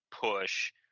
push